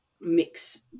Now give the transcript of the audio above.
mix